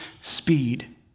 speed